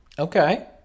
Okay